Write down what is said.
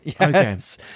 Yes